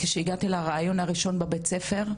כשהלכתי לראיון הראשון בבית הספר,